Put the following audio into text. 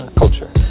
culture